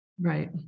Right